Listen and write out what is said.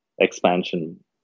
expansion